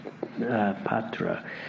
Patra